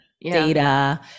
data